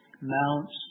mounts